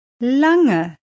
lange